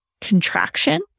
contraction